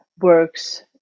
works